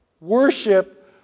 Worship